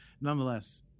Nonetheless